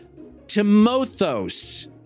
Timothos